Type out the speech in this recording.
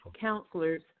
counselors